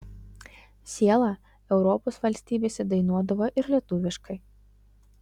siela europos valstybėse dainuodavo ir lietuviškai